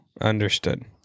Understood